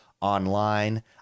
Online